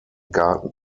karten